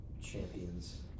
champions